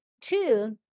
Two